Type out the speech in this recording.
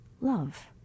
love